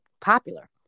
popular